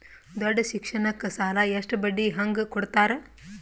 ದೊಡ್ಡ ಶಿಕ್ಷಣಕ್ಕ ಸಾಲ ಎಷ್ಟ ಬಡ್ಡಿ ಹಂಗ ಕೊಡ್ತಾರ?